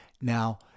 Now